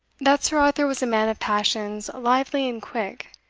that sir arthur was a man of passions lively and quick,